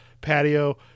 patio